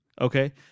okay